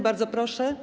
Bardzo proszę.